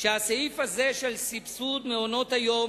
שבסעיף הזה של סבסוד מעונות-היום,